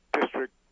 district